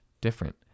different